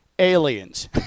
aliens